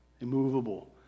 immovable